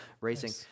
racing